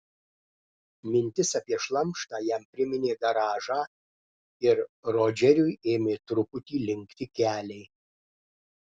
mintis apie šlamštą jam priminė garažą ir rodžeriui ėmė truputį linkti keliai